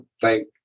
thank